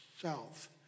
south